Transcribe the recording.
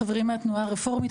חברים מהתנועה הרפורמית,